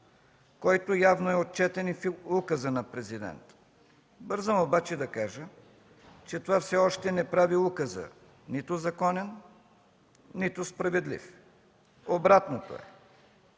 който явно е отчетен и в указа на Президента. Бързам обаче да кажа, че това все още не прави указа нито законен, нито справедлив. Обратното е,